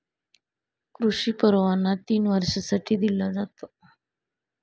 कृषी परवाना तीन वर्षांसाठी दिला जातो